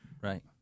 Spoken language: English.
Right